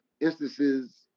instances